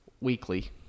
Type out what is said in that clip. weekly